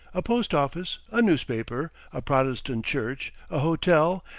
a post-office, a newspaper, a protestant church, a hotel,